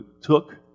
took